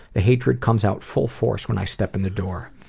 the hatred comes out full force when i step in the door.